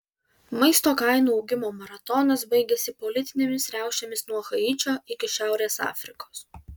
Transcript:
maisto kainų augimo maratonas baigėsi politinėmis riaušėmis nuo haičio iki šiaurės afrikos